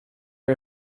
are